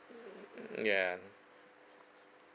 ya